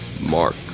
Mark